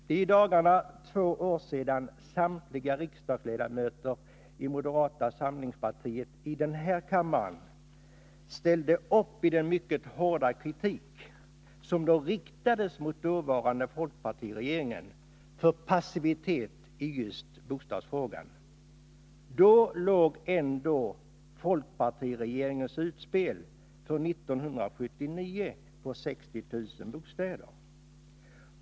Det är i dagarna två år sedan samtliga riksdagsledamöter från moderata samlingspartiet i den här kammaren ställde upp i den mycket hårda kritik som riktades mot den dåvarande folkpartiregeringen för passivitet i just bostadsfrågan. Då låg ändå folkpartiregeringens utspel för 1979 på 60 000 bostäder.